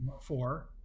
four